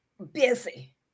Busy